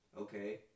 Okay